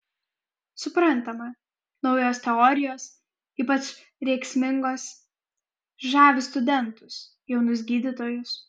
suprantama naujos teorijos ypač rėksmingos žavi studentus jaunus gydytojus